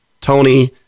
Tony